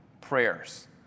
prayers